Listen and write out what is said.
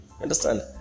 Understand